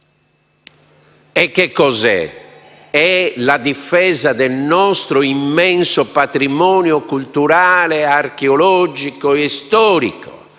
personalità? Nella difesa del nostro immenso patrimonio culturale, archeologico e storico,